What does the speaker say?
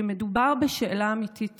שמדובר בשאלה אמיתית